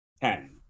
ten